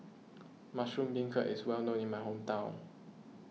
Mushroom Beancurd is well known in my hometown